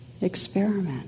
Experiment